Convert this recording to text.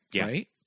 right